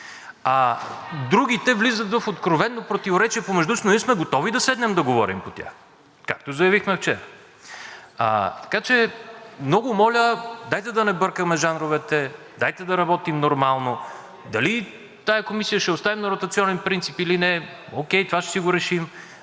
другите влизат в откровено противоречие помежду си, но ние сме готови да седнем да говорим по тях, както заявихме вчера. Така че, много моля, дайте да не бъркаме жанровете, дайте да работим нормално. Дали тази комисия ще оставим на ротационен принцип или не, окей, това ще си го решим,